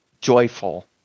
joyful